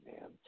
man